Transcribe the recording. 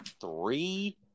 three